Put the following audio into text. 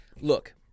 Look